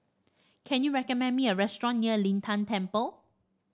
can you recommend me a restaurant near Lin Tan Temple